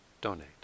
donate